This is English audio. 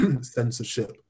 censorship